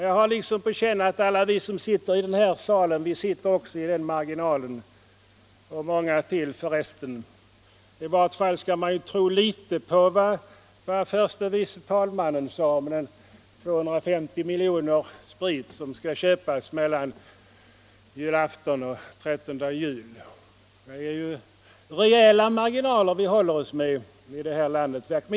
Jag har liksom på känn att alla vi som sitter i den här salen också sitter i den marginalen! Och många till, förresten. I vart fall bör man väl tro på vad förste vice talmannen sade om den sprit för 250 miljoner kronor, som skall köpas mellan julafton och trettondag jul. Det är rejäla marginaler vi håller oss med i det här landet!